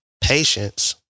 patience